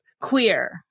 queer